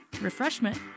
refreshment